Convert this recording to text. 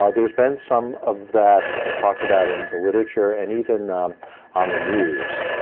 ah there's been some of that talked about in the literature, and even on the news,